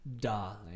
Darling